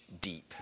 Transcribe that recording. deep